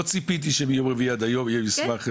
לא ציפיתי שמיום רביעי עד היום יהיה מסמך,